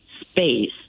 space